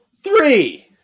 three